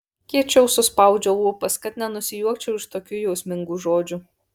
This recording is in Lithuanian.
kiečiau suspaudžiu lūpas kad nenusijuokčiau iš tokių jausmingų žodžių